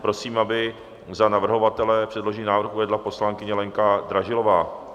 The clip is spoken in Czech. Prosím, aby za navrhovatele předložený návrh uvedla poslankyně Lenka Dražilová.